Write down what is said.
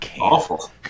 awful